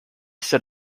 said